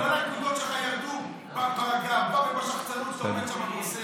כל הנקודות שלך ירדו עם הגאווה והשחצנות שאתה עומד שם ועושה את זה.